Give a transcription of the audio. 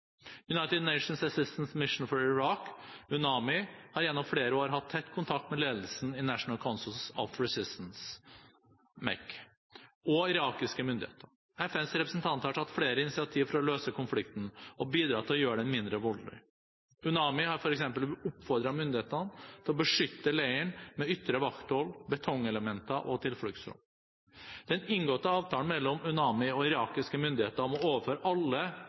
United Nations Assistance Mission for Iraq, UNAMI, har gjennom flere år hatt tett kontakt med ledelsen i National Council of Resistance, MEK og irakiske myndigheter. FNs representanter har tatt flere initiativ for å løse konflikten og bidra til å gjøre den mindre voldelig. UNAMI har f.eks. oppfordret myndighetene til å beskytte leiren med ytre vakthold, betongelementer og tilfluktsrom. Den inngåtte avtalen mellom UNAMI og irakiske myndigheter om å overføre alle